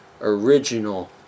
original